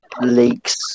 leaks